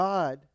God